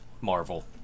Marvel